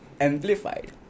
Amplified